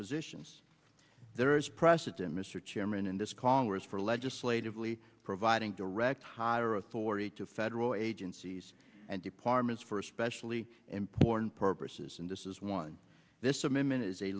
positions there is precedent mr chairman in this congress for legislatively providing direct higher authority to federal agencies and departments for especially important purposes and this is one this amendment is a